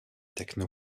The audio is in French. techno